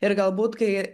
ir galbūt kai